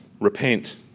Repent